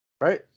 right